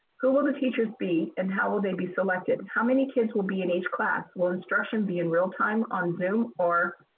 who will the teachers be and how will they be selected? how many kids will be in each class? will instruction be in real time on zoom or